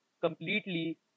completely